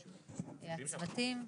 הצוותים,